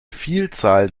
vielzahl